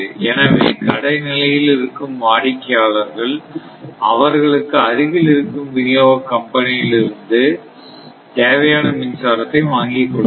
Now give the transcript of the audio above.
எனவே கடைநிலையில் இருக்கும் வாடிக்கையாளர்கள் அவர்களுக்கு அருகில் இருக்கும் விநியோக கம்பெனியிலிருந்து தேவையான மின்சாரத்தை வாங்கி கொள்ளலாம்